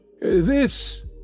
this—